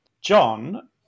John